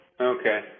Okay